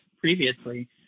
previously